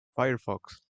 firefox